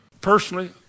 Personally